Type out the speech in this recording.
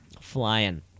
Flying